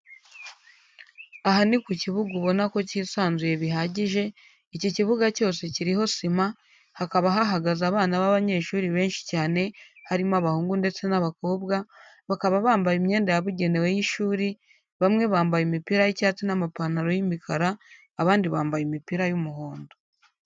Aha ni ku kibuga ubona ko cyisanzuye bihagije, iki kibuga cyose kiriho sima, hakaba hahagaze abana b'abanyeshuri benshi cyane harimo abahungu ndetse n'abakobwa, bakaba bambaye imyenda yabugenewe y'ishuri, bamwe bambaye imipira y'icyatsi n'amapantaro y'imikara, abandi bambaye imipira y'umuhondo.